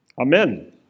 Amen